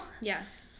Yes